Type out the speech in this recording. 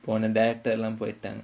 born a doctor லாம்:laam for your turn